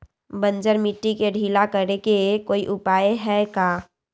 बंजर मिट्टी के ढीला करेके कोई उपाय है का?